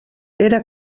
era